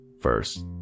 First